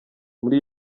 muri